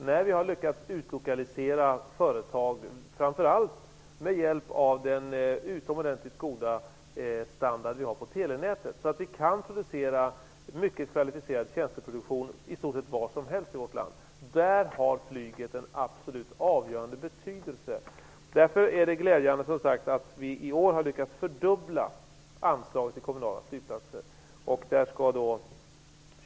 När vi har lyckats utlokalisera företag, framför allt med hjälp av den utomordentligt goda standarden på telenätet, så att vi kan producera mycket kvalificerade tjänster så gott som var som helst i vårt land, har flyget fått en absolut avgörande betydelse. Därför är det glädjande att vi i år har lyckats fördubbla anslaget till kommunala flygplatser.